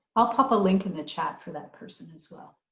i'll pop a link in the chat for that person as well.